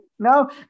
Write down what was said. No